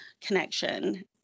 connection